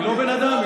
היא לא בן אדם?